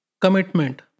commitment